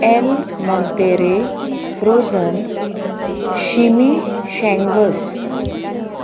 L मतेरे frozen शिमी शँगस